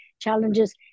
challenges